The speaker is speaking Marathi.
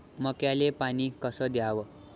मक्याले पानी कस द्याव?